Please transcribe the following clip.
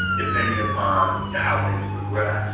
depending ah on how things progress.